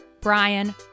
Brian